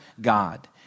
God